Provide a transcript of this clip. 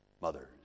mothers